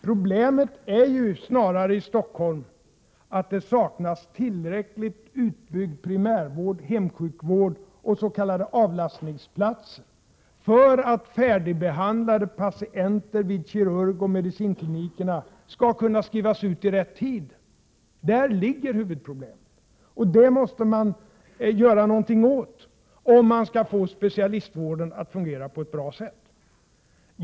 Problemet i Stockholm är ju snarare att det saknas tillräckligt utbyggd primärvård, hemsjukvård och s.k. avlastningsplatser för att färdigbehandlade patienter vid kirurgoch medicinklinikerna skall kunna skrivas ut i rätt tid. Där ligger huvudproblemet, och det måste man göra någonting åt om man skall få specialistvården att fungera på ett bra sätt.